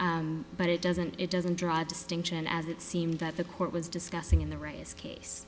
but it doesn't it doesn't draw distinction as it seemed that the court was discussing in the race case